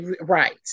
Right